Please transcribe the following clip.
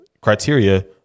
Criteria